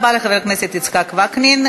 תודה רבה לחבר הכנסת יצחק וקנין.